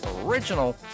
original